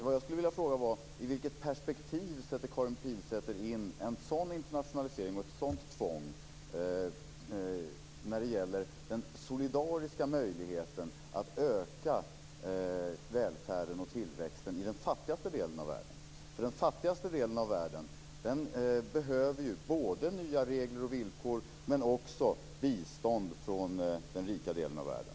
Jag skulle vilja fråga: I vilket perspektiv sätter Karin Pilsäter in en sådan internationalisering och ett sådant tvång när det gäller den solidariska möjligheten att öka välfärden och tillväxten i den fattigaste delen av världen? Den fattigaste delen av världen behöver ju både nya regler och villkor och också bistånd från den rika delen av världen.